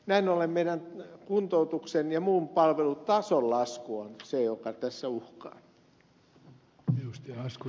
näin ollen meidän kuntoutuksen ja muun palvelutason lasku on se joka tässä uhkaa